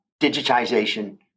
digitization